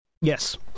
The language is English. Yes